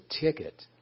ticket